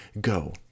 Go